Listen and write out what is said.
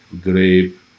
grape